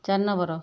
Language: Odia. ଚାରି ନମ୍ବର